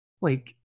Like-